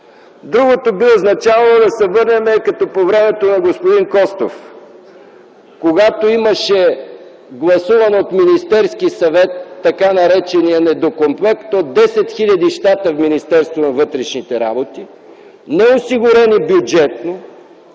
Другото би означавало да се върнем към времето на господин Костов, когато имаше гласуван от Министерския съвет тъй наречения „недокомплект” от 10 хил. щата в Министерството на вътрешните работи, неосигурени бюджетно,